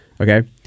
Okay